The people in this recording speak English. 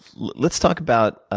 let's talk about